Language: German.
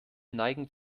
neigen